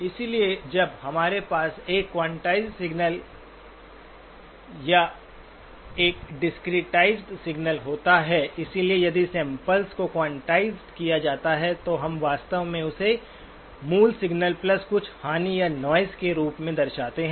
इसलिए जब हमारे पास एक क्वांटाइज़ड सिग्नल या एक डिस्क्रीटाइज़ड सिग्नल होता है इसलिए यदि सैम्पल्स को क्वांटाइज़ड किया जाता है तो हम वास्तव में इसे मूल सिग्नल कुछ हानि या नॉइज़ के रूप में दर्शाते हैं